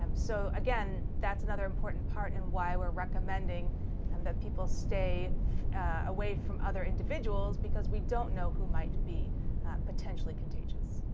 um so again, that's another important part in why we're recommending um that people stay away from other individuals, because we don't know who might be potentially contagious.